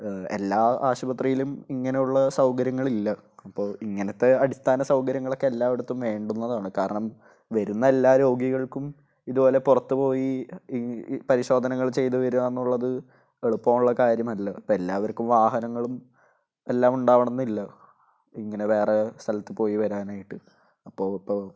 എല്ലാ ആശുപത്രിയിലും ഇങ്ങനെയുള്ള സൗകര്യങ്ങളില്ല അപ്പോള് ഇങ്ങനത്തെ അടിസ്ഥാന സൗകര്യങ്ങളൊക്കെ എല്ലായിടത്തും വേണ്ടുന്നതാണ് കാരണം വരുന്ന എല്ലാ രോഗികൾക്കും ഇത് പോലെ പുറത്ത് പോയി പരിശോധനകൾ ചെയ്ത് വരിക എന്നുള്ളത് എളുപ്പമുള്ള കാര്യമല്ല എല്ലാവർക്കും വാഹനങ്ങളും എല്ലാം ഉണ്ടാവണമെന്നില്ല ഇങ്ങനെ വേറെ സ്ഥലത്ത് പോയി വരാനായിട്ട് അപ്പോള് ഇപ്പോള്